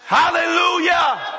hallelujah